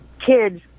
kids